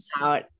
out